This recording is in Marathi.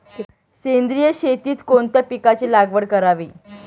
सेंद्रिय शेतीत कोणत्या पिकाची लागवड करावी?